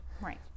Right